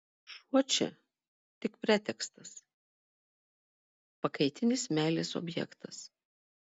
šuo čia tik pretekstas pakaitinis meilės objektas